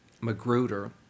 Magruder